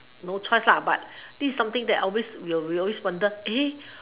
no choice ah but this is something that always we will always wonder eh